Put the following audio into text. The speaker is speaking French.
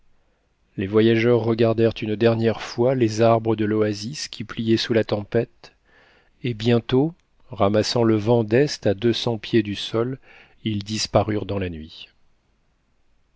les voyageurs regardèrent une dernière fois les arbres de l'oasis qui pliaient sous la tempête et bientôt ramassant le vent dest à deux cents pieds du sol ils disparurent dans la nuit